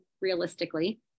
realistically